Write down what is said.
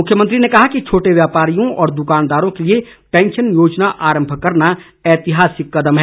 मुख्यमंत्री ने कहा कि छोटे व्यापारियों और दुकानदारों के लिए पैंशन योजना आरंभ करना ऐतिहासिक कदम है